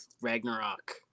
Ragnarok